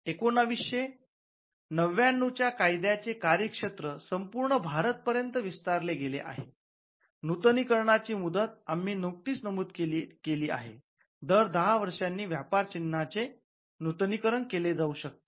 १९९९ च्या कायद्याचे कार्यक्षेत्र संपूर्ण भारत पर्यंत विस्तारले गेले आहे नूतनीकरणाची मुदत आम्ही नुकतीच नमूद केली आहे दर दहा वर्षांनी व्यापार चिन्हाचे नूतनीकरण केले जाऊ शकते